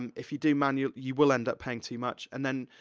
um if you do manual you will end up paying too much. and then,